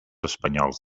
espanyols